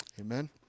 amen